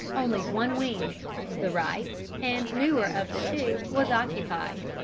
only one wing the right and newer of the two was occupied,